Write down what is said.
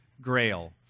Grail